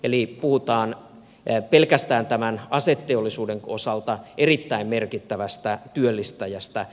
eli puhutaan pelkästään tämän aseteollisuuden osalta erittäin merkittävästä työllistäjästä